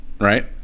right